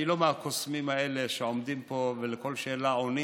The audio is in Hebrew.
אני לא מהקוסמים האלה שעומדים פה ולכל שאלה עונים